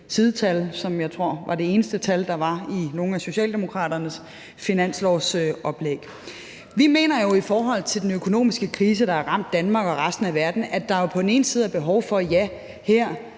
sidetal, som jeg tror var de eneste tal, der var i nogle af Socialdemokraternes finanslovsoplæg. Vi mener i forhold til den økonomiske krise, der har ramt Danmark og resten af verden, at der er behov for her